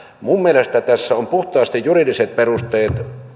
minun mielestäni tässä on puhtaasti juridiset perusteet